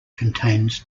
contains